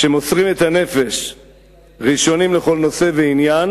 שמוסרים את הנפש ראשונים לכל נושא ועניין,